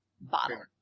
bottle